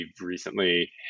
recently